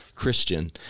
Christian